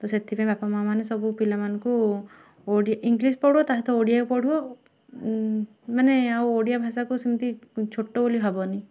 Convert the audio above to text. ତ ସେଥିପାଇଁ ବାପା ମାଆ ମାନେ ସବୁ ପିଲାମାନଙ୍କୁ ଇଂଲିଶ ପଢ଼ାଅ ତା ସହିତ ଓଡ଼ିଆ ପଢ଼ାଅ ମାନେ ଆଉ ଓଡ଼ିଆ ଭାଷାକୁ ସେମିତି ଛୋଟ ବୋଲି ଭାବନି